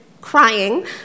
crying